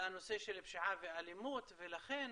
לנושא של פשיעה ואלימות ולכן